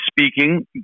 speaking